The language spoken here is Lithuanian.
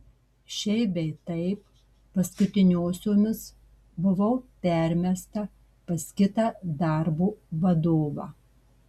šiaip bei taip paskutiniosiomis buvau permesta pas kitą darbo vadovą